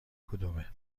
کدومه